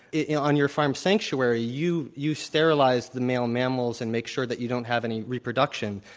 yeah on your farm sanctuary, you you sterilize the male mammals and make sure that you don't have any reproduction,